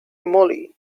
moly